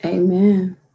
Amen